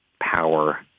power